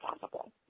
possible